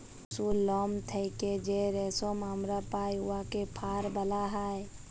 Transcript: পশুর লম থ্যাইকে যে রেশম আমরা পাই উয়াকে ফার ব্যলা হ্যয়